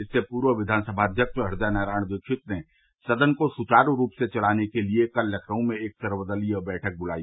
इससे पूर्व विघानसभा अध्यक्ष हृदय नारायण दीक्षित ने सदन को सुवारू रूप से चलाने के लिए कल लखनऊ में एक सर्वदलीय बैठक बुलाई